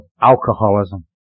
alcoholism